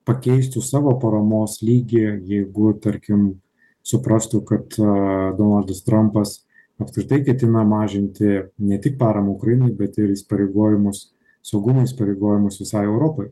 pakeistų savo paramos lygį jeigu tarkim suprastų kad donaldas trampas apskritai ketina mažinti ne tik paramą ukrainai bet ir įsipareigojimus saugumo įsipareigojimus visai europai